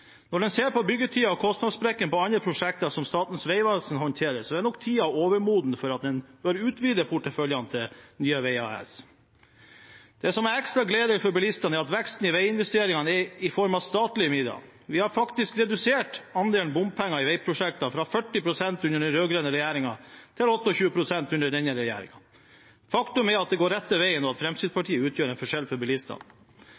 Når en ser på byggetiden og kostnadssprekkene på andre prosjekter, som Statens vegvesen håndterer, er nok tiden overmoden for at man bør utvide porteføljen til Nye Veier AS. Det som er ekstra gledelig for bilistene, er at veksten i veiinvesteringene er i form av statlige midler. Vi har faktisk redusert andelen bompenger i veiprosjekter fra 40 pst. under den rød-grønne regjeringen til 28 pst. under denne regjeringen. Faktum er at det går rett vei, og at